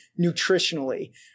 nutritionally